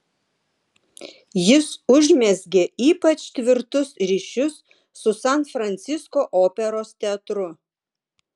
jis užmezgė ypač tvirtus ryšius su san francisko operos teatru